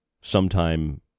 sometime